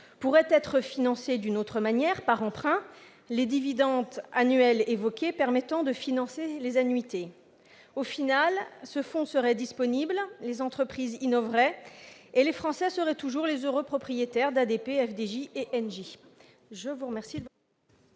-pourrait être financé d'une autre manière, par emprunt, les dividendes annuels évoqués permettant de financer les annuités. En définitive, ce fonds serait disponible, les entreprises innoveraient et les Français seraient toujours les heureux propriétaires d'ADP, FDJ et Engie